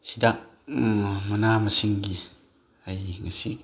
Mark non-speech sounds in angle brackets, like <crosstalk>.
ꯍꯤꯗꯥꯛ ꯃꯅꯥ ꯃꯁꯤꯡꯒꯤ <unintelligible>